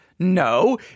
No